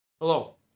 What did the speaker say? Hello